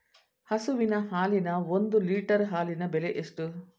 ಹಸುವಿನ ಹಾಲಿನ ಒಂದು ಲೀಟರ್ ಹಾಲಿನ ಬೆಲೆ ಎಷ್ಟು?